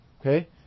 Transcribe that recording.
okay